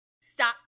Stop